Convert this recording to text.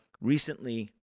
recently